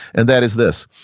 and that is this,